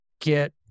get